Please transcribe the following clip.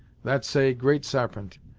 that say great sarpent,